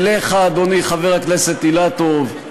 אליך, אדוני חבר הכנסת אילטוב;